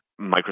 Microsoft